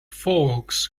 folks